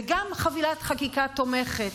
וגם חבילת חקיקה תומכת,